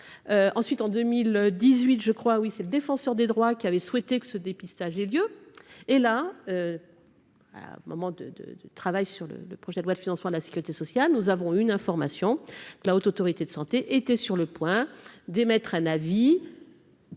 ensuite en 2018 je crois, oui, c'est le défenseur des droits, qui avait souhaité que ce dépistage et lieu et la maman de, de, de travail sur le projet de loi de financement de la Sécurité sociale, nous avons une information que la Haute autorité de santé était sur le point d'émettre un avis.